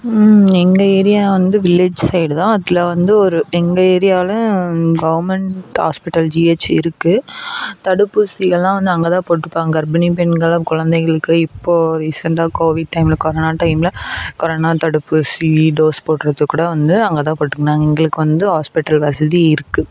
எங்கள் ஏரியா வந்து village side தான் அதில் வந்து ஒரு எங்கள் ஏரியாவில் கவர்மெண்ட் ஹாஸ்பிட்டல் ஜிஹெச் இருக்குது தடுப்பூசி எல்லாம் வந்து அங்கே தான் போட்டுப்பாங்க கர்ப்பிணிப் பெண்களும் குழந்தைங்களுக்கு இப்போது ரீசெண்டாக கோவிட் டைமில் கொரோனா டைமில் கொரோனா தடுப்பூசி டோஸ் போடுகிறது கூட வந்து அங்கே தான் போட்டுக்கினாங்க எங்களுக்கு வந்து ஹாஸ்பிட்டல் வசதி இருக்குது